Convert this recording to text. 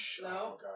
No